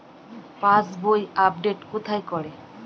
পাসবই update কোথায় করে?